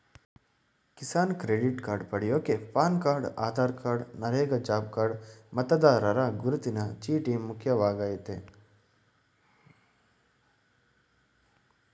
Kisan credit card ಪಡ್ಯೋಕೆ PAN card Aadhaar card NREGA job card ಮತದಾರರ ಗುರುತಿನ ಚೀಟಿ ಮುಖ್ಯವಾಗಯ್ತೆ